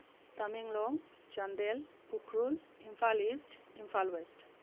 Tamenglong Chandel Ukhrul Imphal East Imphal west